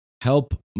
Help